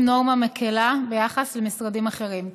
נורמה מקילה ביחס למשרדים אחרים.